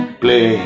play